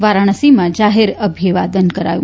વારાણસીમાં જાહેર અભિવાદન થયું